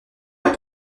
elle